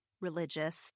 religious